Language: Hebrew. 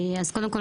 קודם כול,